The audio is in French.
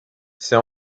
c’est